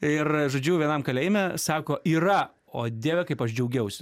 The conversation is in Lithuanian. ir žodžiu vienam kalėjime sako yra o dieve kaip aš džiaugiaus